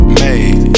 made